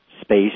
space